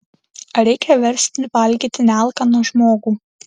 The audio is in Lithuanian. ar reikia versti valgyti nealkaną žmogų